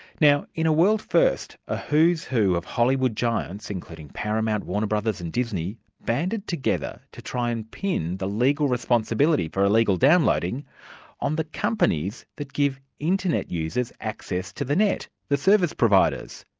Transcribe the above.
now in a world first, a who's who of hollywood giants, including paramount, warner brothers and disney, banded together to try and pin the legal responsibility for illegal downloading on the companies that give internet users access to the net, the service providers.